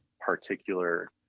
particular